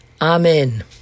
Amen